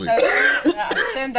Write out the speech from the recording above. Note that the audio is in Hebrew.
הצחוקים.